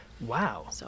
Wow